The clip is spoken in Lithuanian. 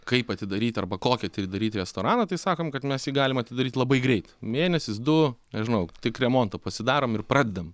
kaip atidaryt arba kokį atidaryt restoraną tai sakom kad mes jį galim atidaryt labai greit mėnesis du nežinau tik remontą pasidarom ir pradedam